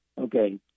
Okay